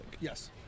Yes